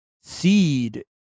seed